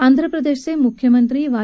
आंध्रप्रदेशचे मुख्यमंत्री वाय